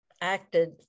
acted